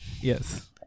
Yes